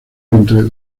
entre